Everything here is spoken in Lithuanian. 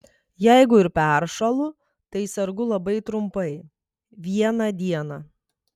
jeigu ir peršąlu tai sergu labai trumpai vieną dieną